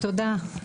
תודה.